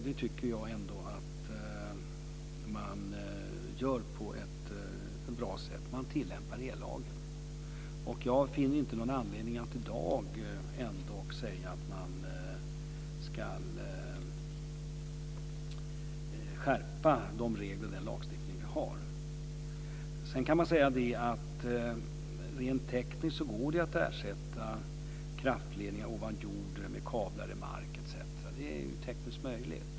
Det gör man på ett bra sätt. Man tillämpar ellagen. Jag finner inte någon anledning att i dag säga att man ska skärpa de regler vi har. Rent tekniskt går det att ersätta kraftledningar ovan jord med kablar i marken. Det är tekniskt möjligt.